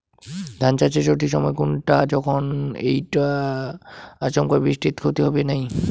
ধান চাষের সঠিক সময় কুনটা যখন এইটা আচমকা বৃষ্টিত ক্ষতি হবে নাই?